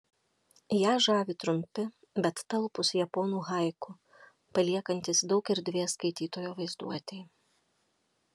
ją žavi trumpi bet talpūs japonų haiku paliekantys daug erdvės skaitytojo vaizduotei